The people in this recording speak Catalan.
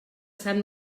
sant